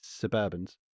Suburbans